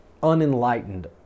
unenlightened